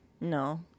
No